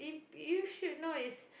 you should know is